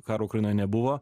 karo ukrainoj nebuvo